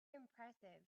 impressive